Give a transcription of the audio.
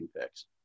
picks